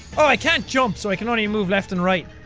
oh, i can't jump so i can only move left and right.